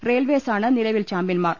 റെയിൽവേസാണ് നിലവിൽ ചാമ്പ്യൻമാർ